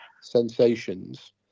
sensations